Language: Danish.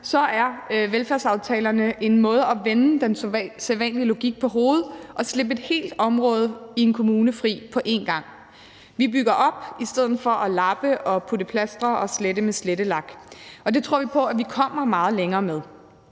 – er velfærdsaftalerne en måde at vende den sædvanlige logik på hovedet og slippe et helt område i en kommune fri på en gang på. Vi bygger op i stedet for at lappe og putte plaster på og slette med slettelak. Det tror vi på at vi kommer meget længere med.